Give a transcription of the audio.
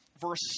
verse